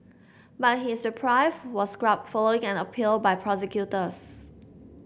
but his reprieve was scrubbed following an appeal by prosecutors